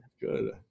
good